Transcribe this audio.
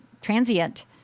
transient